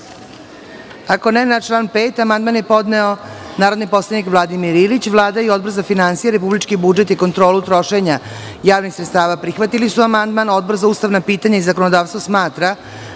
(Ne.)Na član 14 amandman je podneo narodni poslanik Borisav Kovačević. Vlada i Odbor za finansije, republički budžet i kontrola trošenje javnih sredstava prihvatili su amandman, a Odbor za ustavna pitanja i zakonodavstvo smatra